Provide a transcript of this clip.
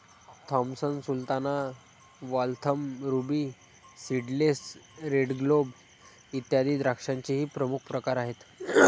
Thompson sultana, Waltham, ruby seedless, red globe, इत्यादी द्राक्षांचेही प्रमुख प्रकार आहेत